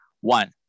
One